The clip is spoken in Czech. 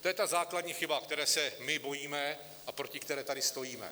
To je ta základní chyba, které se my bojíme a proti které tady stojíme.